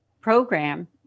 program